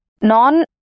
Non